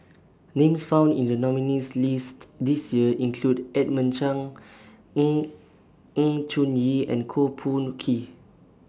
Names found in The nominees' list This Year include Edmund Cheng in in Choon Yee and Koh Poh